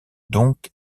donc